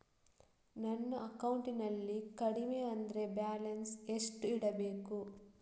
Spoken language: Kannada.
ನನ್ನ ಅಕೌಂಟಿನಲ್ಲಿ ಕಡಿಮೆ ಅಂದ್ರೆ ಬ್ಯಾಲೆನ್ಸ್ ಎಷ್ಟು ಇಡಬೇಕು?